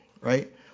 right